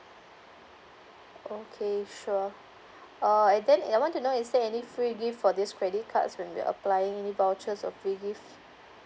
okay sure uh and then I want to know is there any free gift for this credit cards when we're applying any vouchers or free gift